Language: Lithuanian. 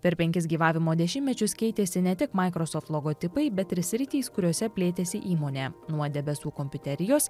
per penkis gyvavimo dešimtmečius keitėsi ne tik microsoft logotipai bet ir sritys kuriose plėtėsi įmonė nuo debesų kompiuterijos